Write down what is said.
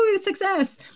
success